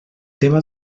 tema